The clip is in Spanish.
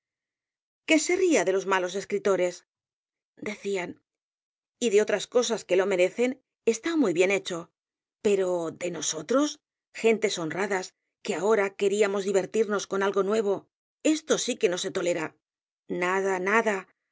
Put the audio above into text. se ría de los malos escritores decíany de otras cosas que lo merecen está muy bien hecho pero de nosotros gentes honradas que ahora queríamos divertirnos con algo nuevo esto sí que no se tolera nada nada